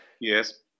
Yes